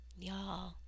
Y'all